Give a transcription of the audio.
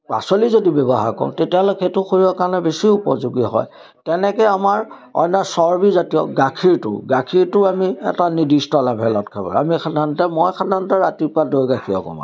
পাচলি যদি ব্যৱহাৰ কৰোঁ তেতিয়াহ'লে সেইটো শৰীৰৰ কাৰণে বেছি উপযোগী হয় তেনেকৈ আমাৰ অন্য চৰ্বিজাতীয় গাখীৰটো গাখীৰটো আমি এটা নিৰ্দিষ্ট লেভেলত খাব আমি সাধাৰণতে মই সাধাৰণতে ৰাতিপুৱা দৈ গাখীৰ অকণমান